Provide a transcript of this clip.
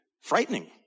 frightening